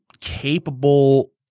capable